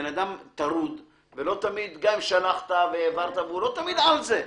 אתה לא תמיד על זה.